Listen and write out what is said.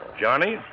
Johnny